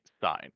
sign